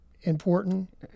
important